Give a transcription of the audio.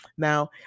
Now